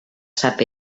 sap